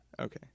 Okay